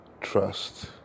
Trust